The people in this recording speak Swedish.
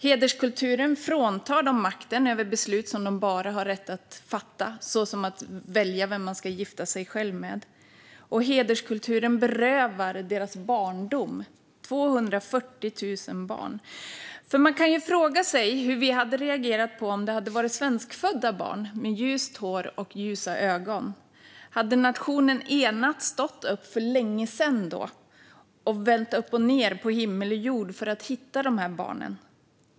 Hederskulturen fråntar dem makten över beslut som bara de själva har rätt att fatta, som att välja vem de ska gifta sig med. Hederskulturen berövar dem deras barndom. Det handlar alltså om 240 000 barn. Man kan ju fråga sig hur vi hade reagerat om det hade handlat om svenskfödda barn med ljust hår och ljusa ögon. Hade då inte nationen enat stått upp redan för länge sedan och vänt upp och ned på himmel och jord för att hitta dessa barn?